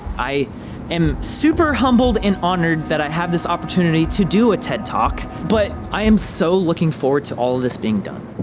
i am super humbled and honored that i have this opportunity to do a ted talk, but i am so looking forward to all this being done